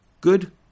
Good